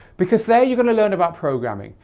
because there you're going to learn about programming,